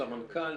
סמנכ"ל,